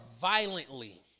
violently